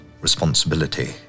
responsibility